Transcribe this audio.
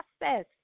process